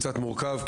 הוא קצת מורכב לנו,